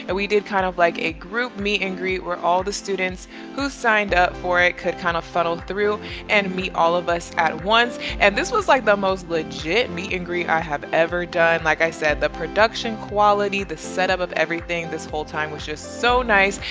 we did kind of like a group meet and greet where all the students who signed up for it could kind of funnel through and meet all of us at once. and this was like the most legit meet and greet i have ever done. like i said, the production quality, the setup of everything, this whole time was just so nice.